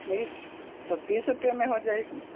नहीं तो तीस रुपये में हो जाएगी